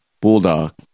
bulldog